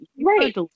Right